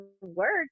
work